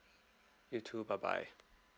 you too bye bye